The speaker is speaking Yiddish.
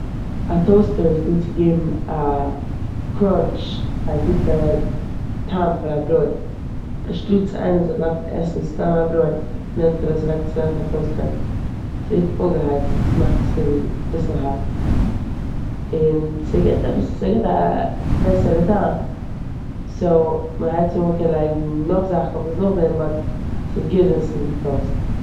א טאוסטער איז דא צו געבן א קראנטש, א גוטע טעם פאר א ברויט. אנשטאט איינער זאל דארפן עסן סתם א ברויט נעמט ער עס, לייגט עס אריין אין א טאוסטער, ס'ווערט אנגעהייצט, ס'מאכט עס אזויווי אביסל הארט און ס'גיבט עפעס- ס'גיבט א בעסערע טעם סאו מ'הייצט אן, מ'קען לייגן נאך זאכן אויף עס נאכדעם באט ס'גוט ווען ס'איז געטאוסט.